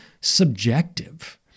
subjective